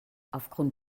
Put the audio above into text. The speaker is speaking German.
aufgrund